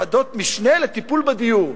ועדות משנה לטיפול בדיור.